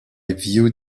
viewed